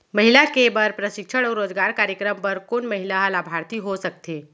महिला के बर प्रशिक्षण अऊ रोजगार कार्यक्रम बर कोन महिला ह लाभार्थी हो सकथे?